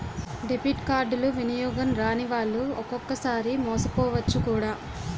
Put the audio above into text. debit కార్డులు వినియోగం రానివాళ్లు ఒక్కొక్కసారి మోసపోవచ్చు కూడా